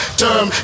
term